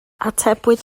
atebwyd